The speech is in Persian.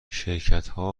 شرکتها